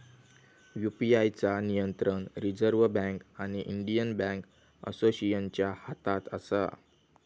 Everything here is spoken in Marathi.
यू.पी.आय चा नियंत्रण रिजर्व बॅन्क आणि इंडियन बॅन्क असोसिएशनच्या हातात असा